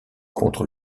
contre